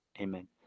amen